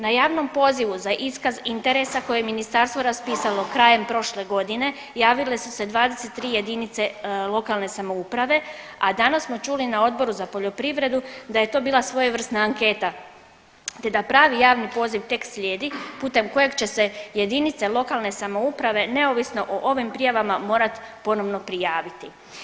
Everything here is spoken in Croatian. Na javnom pozivu za iskaz interesa koje je ministarstvo raspisalo krajem prošle godine javile su se 23 jedinice lokalne samouprave, a danas smo čuli na Odboru za poljoprivredu da je to bila svojevrsna anketa, te da pravi javni poziv tek slijedi putem kojeg će se jedinice lokalne samouprave neovisno o ovim prijavama morati ponovno prijaviti.